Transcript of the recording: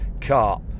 car